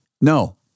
No